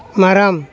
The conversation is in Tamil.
மரம்